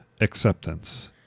acceptance